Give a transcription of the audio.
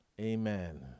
Amen